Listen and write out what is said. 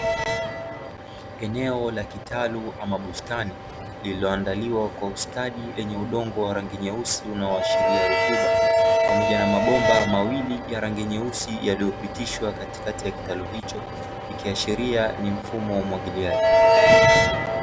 Eneo la kitalu ama bustani lililoandaliwa kwa ustadi lenye udongo wa rangi nyeusi unaoashiria rutuba. Pamoja na mabomba mawili ya rangi nyeusi yaliyopitishwa katikati ya kitalu hicho, ikiashiria ni mfumo wa umwagiliaji.